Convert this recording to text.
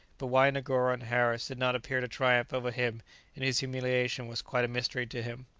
but why negoro and harris did not appear to triumph over him in his humiliation was quite a mystery to him.